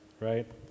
Right